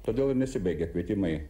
todėl ir nesibaigia kvietimai